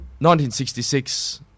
1966